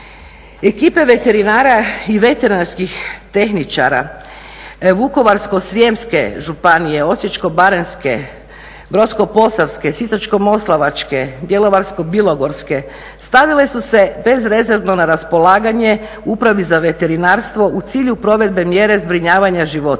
Ekipe veterina i veterinarskih tehničara Vukovarsko-srijemske županije, Osječko-baranjske, Brodsko-posavske, Sisačko-moslavačke, Bjelovarsko-bilogorske stavile su se bezrezervno na raspolaganje upravi za veterinarstvo u cilju provedbe mjere zbrinjavanja životinja,